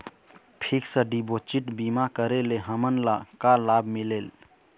Fix deposit बीमा करे ले हमनला का लाभ मिलेल?